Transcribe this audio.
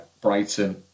Brighton